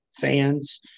fans –